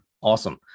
Awesome